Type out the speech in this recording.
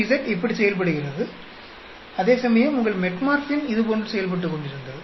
THZ இப்படி செயல்படுகிறது அதேசமயம் உங்கள் மெட்ஃபோர்மின் இதுபோன்று செயல்பட்டுக்கொண்டிருந்தது